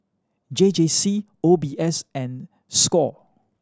J J C O B S and score